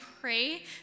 pray